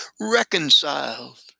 reconciled